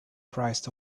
christ